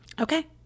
Okay